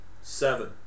seven